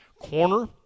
corner